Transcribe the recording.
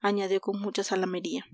añadió con mucha zalamería